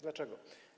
Dlaczego?